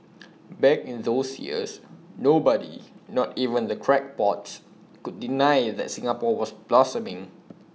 back in those years nobody not even the crackpots could deny that Singapore was blossoming